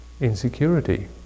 insecurity